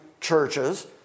churches